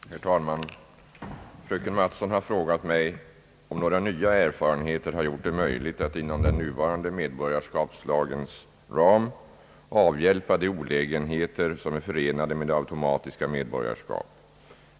Herr talman! Fröken Mattson har frågat mig om några nya erfarenheter har gjort det möjligt att inom den nuvarande medborgarskapslagens ram avhjälpa de olägenheter som är förenade med automatiska medborgarskap.